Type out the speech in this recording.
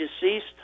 deceased